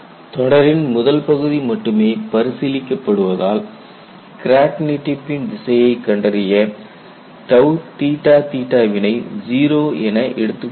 தொடரின் முதல் பகுதி மட்டுமே பரிசீலிக்கப் படுவதால் கிராக் நீட்டிப்பின் திசையைக் கண்டறிய வினை 0 என எடுத்துக்கொள்ள வேண்டும்